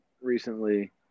recently